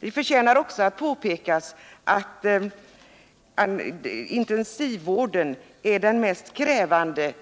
Det förtjänar också att påpekas att intensivvården är den mest